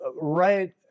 right